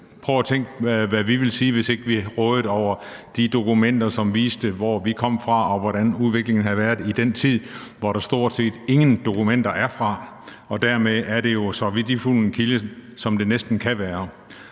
Prøv at tænke på, hvad vi ville sige, hvis ikke vi rådede over de dokumenter, som viste, hvor vi kom fra, og hvordan udviklingen havde været i den tid, hvor der stort set ingen dokumenter er fra. Dermed er de jo så værdifuld en kilde, som det næsten kan være.